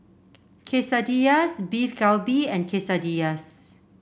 Quesadillas Beef Galbi and Quesadillas